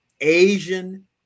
Asian